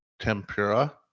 tempura